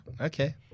Okay